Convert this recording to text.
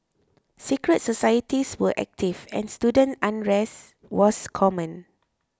secret societies were active and student unrest was common